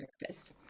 therapist